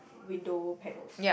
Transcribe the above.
window panels